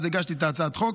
אז הגשתי את הצעת החוק.